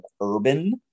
urban